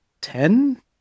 ten